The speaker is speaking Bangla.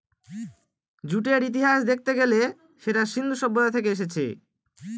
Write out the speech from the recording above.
জুটের ইতিহাস দেখতে গেলে সেটা সিন্ধু সভ্যতা থেকে এসেছে